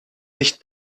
nicht